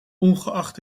ongeacht